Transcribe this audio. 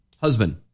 Husband